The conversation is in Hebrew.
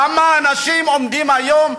כמה אנשים עומדים היום,